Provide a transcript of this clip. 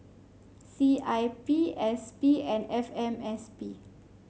C I P S P and F M S P